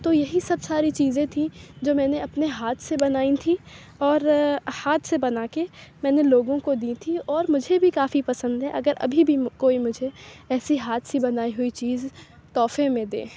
تو یہی سب ساری چیزیں تھی جو میں نے اپنے ہاتھ سے بنائی تھی اور ہاتھ سے بنا کے میں نے لوگوں کو دی تھیں اور مجھے بھی کافی پسند ہے اگر ابھی بھی کوئی مجھے ایسی ہاتھ سے بنائی ہوئی چیز تحفے میں دے